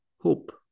hope